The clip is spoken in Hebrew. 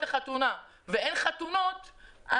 לחתונה ואין חתונות,